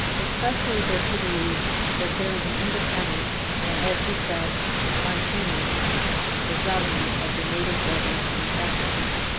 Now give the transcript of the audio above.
especially does he believe that there is an independent and, as he says, spontaneous development of the native organs and faculties.